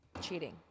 Cheating